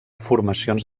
formacions